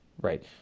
right